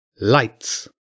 Lights